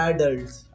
Adults